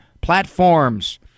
platforms